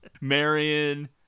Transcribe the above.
Marion